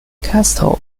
castle